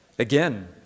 Again